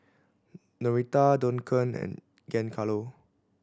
Norita Duncan and Giancarlo